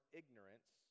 ignorance